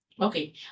Okay